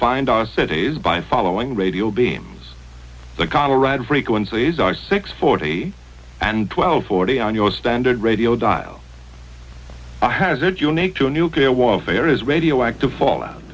find our cities by following radio beams the colorado frequencies are six forty and twelve forty on your standard radio dial hazard unique to nuclear warfare is radioactive fallout